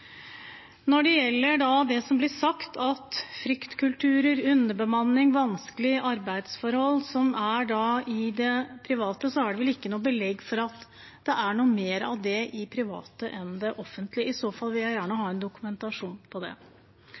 Når det gjelder det som blir sagt om fryktkultur, underbemanning og vanskelige arbeidsforhold i det private, er det vel ikke noe belegg for å si at det er noe mer av det i det private enn i det offentlige. I så fall vil jeg gjerne ha dokumentasjon på det.